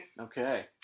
Okay